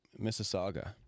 Mississauga